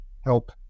help